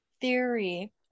theory